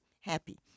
happy